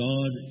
God